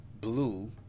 blue